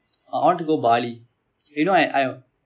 I want to go bali you know I I